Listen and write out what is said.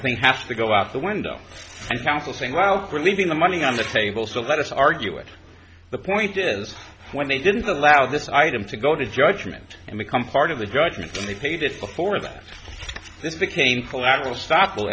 think have to go out the window and counsel saying well we're leaving the money on the table so let us argue it the point is when they didn't allow this item to go to judgment and become part of the judgment and they paid it before that this became collateral stop